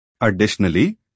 Additionally